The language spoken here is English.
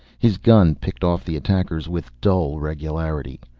his gun picked off the attackers with dull regularity.